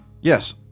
Yes